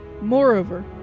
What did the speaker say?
moreover